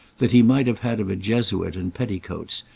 that he might have had of a jesuit in petticoats,